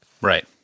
Right